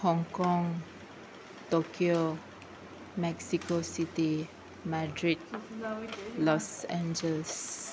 Hong Kong Tokyo Mexico city Madrid Los Angeles